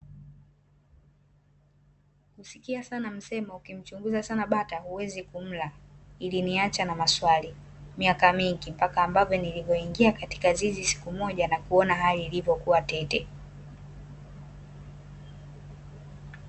Kusikia sana msemo "ukimchunguza sana bata huwezi kumla", iliniacha na maswali miaka mingi, mpaka ambavyo nilivyoingia katika zizi siku moja na kuona hali ilivyokuwa tete.